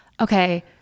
okay